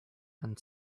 and